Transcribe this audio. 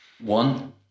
One